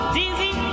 dizzy